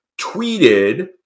tweeted